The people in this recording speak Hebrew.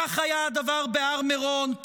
כך היה הדבר בהר מירון,